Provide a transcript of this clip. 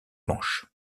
manche